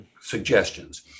suggestions